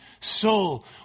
soul